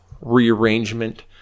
rearrangement